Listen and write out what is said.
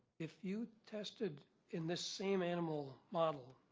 if you tested in this same animal model,